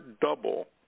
double